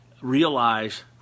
realize